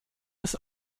des